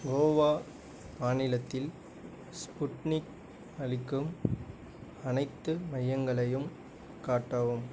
கோவா மாநிலத்தில் ஸ்புட்னிக் அளிக்கும் அனைத்து மையங்களையும் காட்டவும்